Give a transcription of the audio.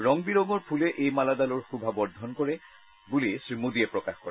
ৰং বিৰঙৰ ফূলে এই মালাডালৰ শোভা বৰ্ধন কৰে বুলি শ্ৰী মোদীয়ে প্ৰকাশ কৰে